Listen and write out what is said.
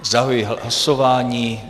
Zahajuji hlasování.